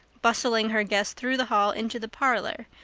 bustling her guests through the hall into the parlor,